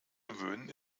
gewöhnen